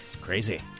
Crazy